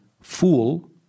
fool